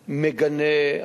מגנה,